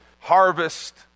harvest